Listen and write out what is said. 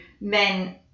men